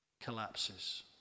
collapses